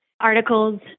articles